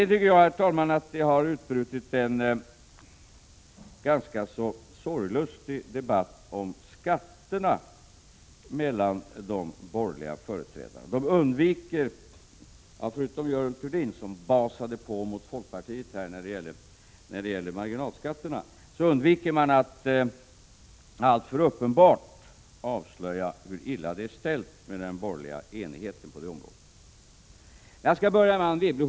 Jag tycker, herr talman, att det har utbrutit en ganska sorglustig debatt mellan de borgerliga företrädarna om skatterna. Förutom Görel Thurdin, som basade på mot folkpartiet när det gällde marginalskatterna, undviker de att alltför uppenbart avslöja hur illa det är ställt med den borgerliga enigheten på det området. Jag skall börja med Anne Wibble.